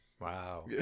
Wow